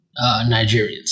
Nigerians